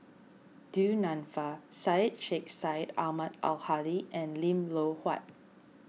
Du Nanfa Syed Sheikh Syed Ahmad Al Hadi and Lim Loh Huat